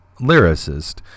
lyricist